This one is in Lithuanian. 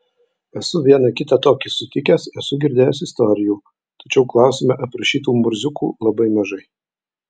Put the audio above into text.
esu vieną kitą tokį sutikęs esu girdėjęs istorijų tačiau klausime aprašytų murziukų labai mažai